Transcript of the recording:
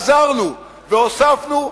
עזרנו והוספנו,